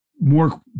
More